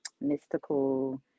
mystical